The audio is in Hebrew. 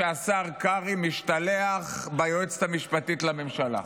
שהשר קרעי משתלח ביועצת המשפטית לממשלה,